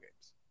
games